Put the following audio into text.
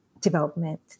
development